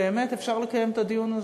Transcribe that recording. באמת אפשר לקיים את הדיון הזה.